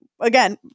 again